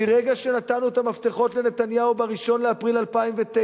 מרגע שנתנו את המפתחות לנתניהו, ב-1 באפריל 2009,